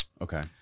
Okay